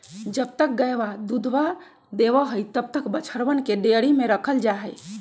जब तक गयवा दूधवा देवा हई तब तक बछड़वन के डेयरी में रखल जाहई